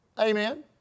Amen